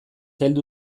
heldu